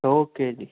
okay ਜੀ